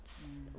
mm